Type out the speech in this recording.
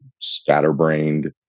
scatterbrained